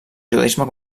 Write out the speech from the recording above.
judaisme